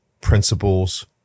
principles